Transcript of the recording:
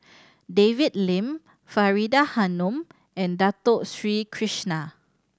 David Lim Faridah Hanum and Dato Sri Krishna